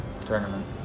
tournament